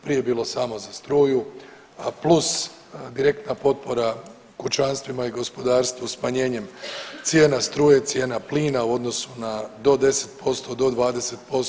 Prije je bilo samo za struju, a plus direktna potpora kućanstvima i gospodarstvu smanjenjem cijene struje, cijena plina u odnosu na do 10%, do 20%